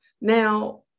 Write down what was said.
Now